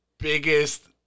biggest